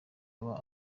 aba